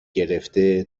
گرفته